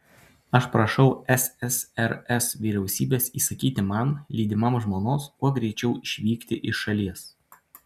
aš prašau ssrs vyriausybės įsakyti man lydimam žmonos kuo greičiau išvykti iš šalies